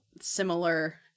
similar